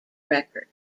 record